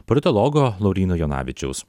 politologo lauryno jonavičiaus